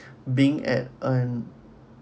being at a